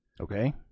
Okay